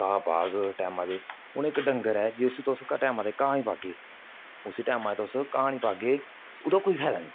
घाह् पाग टैमे दे हून इक डंगर ऐ जे तुस उसी टैमे दे घाह् नेईं पागे उसी टैमे दा तुस घाह नेईं पागे ओहदा कोई फायदा नेईं